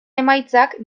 emaitzak